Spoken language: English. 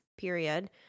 period